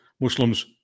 Muslims